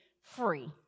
free